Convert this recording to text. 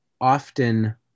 often